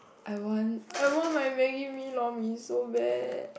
I want I want my maggi mee lor-mee so bad